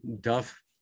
Duff